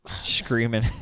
screaming